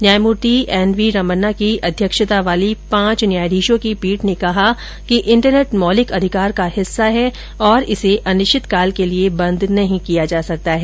न्यायमूर्ति N V Ramana की अध्यक्षता वाली पांच जजों की पीठ ने कहा कि इंटरनेट मौलिक अधिकार का हिस्सा है और इसे अनिश्चितकाल के लिये बंद नहीं किया जा सकता है